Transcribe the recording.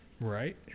Right